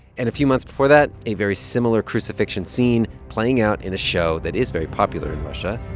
and a few months before that, a very similar crucifixion scene playing out in a show that is very popular in russia.